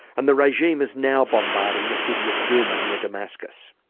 and the regime is now bombarding the city of duma near damascus.